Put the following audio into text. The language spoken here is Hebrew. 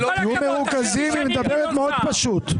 היא מדברת מאוד פשוט.